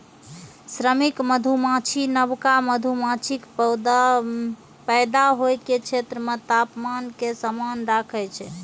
श्रमिक मधुमाछी नवका मधुमाछीक पैदा होइ के क्षेत्र मे तापमान कें समान राखै छै